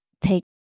take